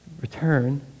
return